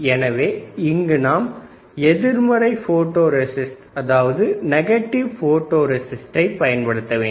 எனவே இங்கு நாம் எதிர்மறை போட்டோ ரெஸிஸ்டை பயன்படுத்த வேண்டும்